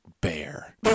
bear